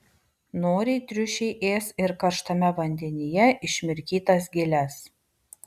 noriai triušiai ės ir karštame vandenyje išmirkytas giles